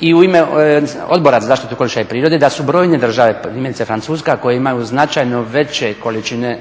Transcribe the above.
i u ime Odbora za zaštitu okoliša i prirode da su brojne države, primjerice Francuska, koje imaju značajno veće količine